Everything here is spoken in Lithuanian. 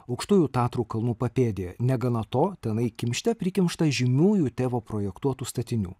aukštųjų tatrų kalnų papėdėje negana to tenai kimšte prikimšta žymiųjų tėvo projektuotų statinių